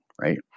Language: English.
right